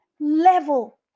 level